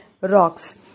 rocks